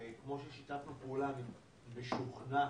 אני משוכנע